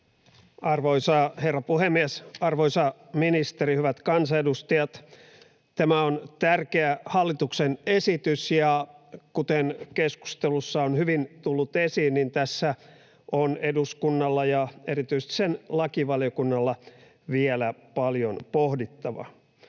Arvoisa herra puhemies, arvoisa ministeri, hyvät kansanedustajat! Tämä on tärkeä hallituksen esitys, ja kuten keskustelussa on hyvin tullut esiin, tässä on eduskunnalla ja erityisesti sen lakivaliokunnalla vielä paljon pohdittavaa.